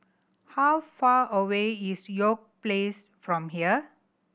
how far away is York Place from here